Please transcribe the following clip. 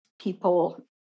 people